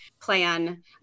plan